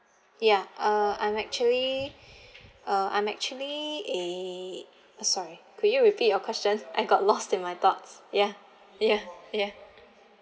ya uh I'm actually uh I'm actually eh sorry could you repeat your question I got lost in my thoughts ya ya ya